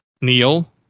Neil